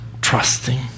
trusting